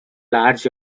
large